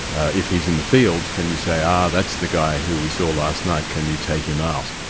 if he's in the fields, can you say, ah, that's the guy who we saw last night. can you take him out?